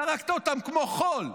זרקת אותם כמו חול.